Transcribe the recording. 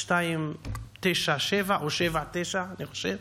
1297 או 1279, אני חושב.